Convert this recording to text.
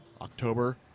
October